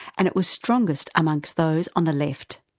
and it was strongest among those on the left.